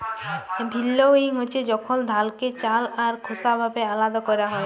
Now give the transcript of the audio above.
ভিল্লউইং হছে যখল ধালকে চাল আর খোসা ভাবে আলাদা ক্যরা হ্যয়